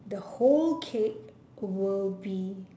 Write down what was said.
the whole cake will be